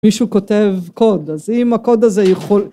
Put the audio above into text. מישהו כותב קוד אז אם הקוד הזה יכול